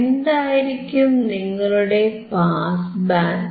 എന്തായിരിക്കും നിങ്ങളുടെ pass band